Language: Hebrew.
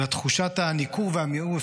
אבל לתחושת הניכור והמיאוס,